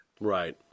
Right